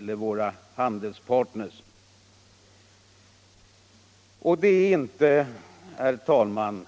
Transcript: Det är emellertid inte, herr talman,